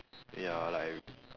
ya like